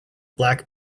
black